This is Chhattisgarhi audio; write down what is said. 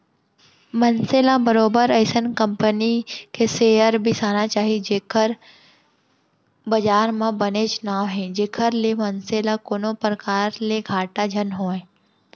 मनसे ल बरोबर अइसन कंपनी क सेयर बिसाना चाही जेखर बजार म बनेच नांव हे जेखर ले मनसे ल कोनो परकार ले घाटा झन होवय